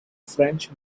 french